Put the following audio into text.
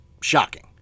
shocking